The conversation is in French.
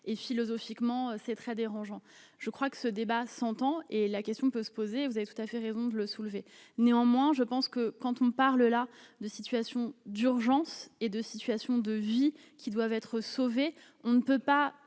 et philosophiquement c'est très dérangeant. Je crois que ce débat s'entend, et la question peut se poser, vous avez tout à fait raison de le soulever, néanmoins, je pense que quand on parle là de situations d'urgence et de situations de vie qui doivent être sauvés, on ne peut pas